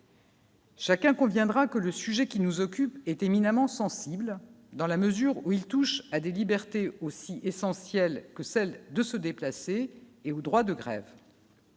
Chacun conviendra que le sujet qui nous occupe est éminemment sensible, dans la mesure où il touche à des libertés aussi essentielles que celle de se déplacer et au droit de grève.